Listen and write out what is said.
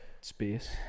space